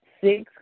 Six